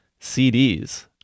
CDs